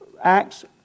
Acts